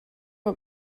que